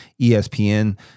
ESPN